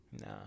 Nah